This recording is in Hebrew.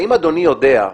האם אדוני יודע,